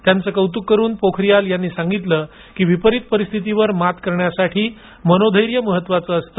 त्यांचं कौतुक करून पोखारीयाल यांनी सांगितलं की विपरीत परिस्थितीवर मात करण्यासाठी मनोधैर्य महत्वाचे असते